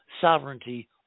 sovereignty